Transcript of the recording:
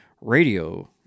radio